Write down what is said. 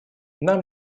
нам